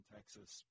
Texas